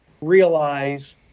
realize